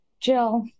Jill